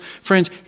Friends